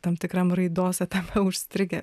tam tikram raidos etape užstrigę